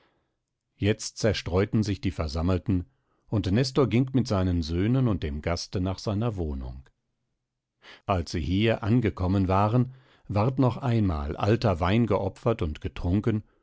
jetzt zerstreuten sich die versammelten und nestor ging mit seinen söhnen und dem gaste nach seiner wohnung als sie hier angekommen waren ward noch einmal alter wein geopfert und getrunken